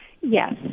Yes